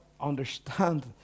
understand